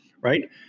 Right